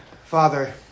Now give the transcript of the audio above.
Father